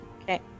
Okay